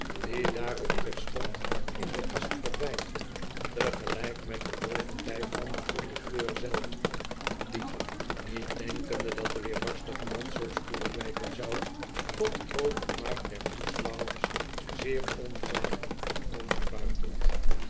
die daarop terstond in de kast verdwijnt tegelijk met het bovenlijf van den conducteur zelf die niet denkende dat de weerbarstige mand zoo spoedig wijken zou tot groot vermaak der toeschouwers zeer onzacht